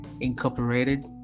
Incorporated